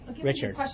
Richard